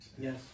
yes